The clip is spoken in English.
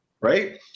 right